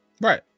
right